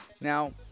Now